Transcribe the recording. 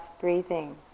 breathing